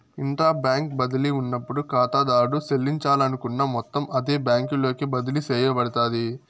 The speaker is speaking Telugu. ఇంట్రా బ్యాంకు బదిలీ ఉన్నప్పుడు కాతాదారుడు సెల్లించాలనుకున్న మొత్తం అదే బ్యాంకులోకి బదిలీ సేయబడతాది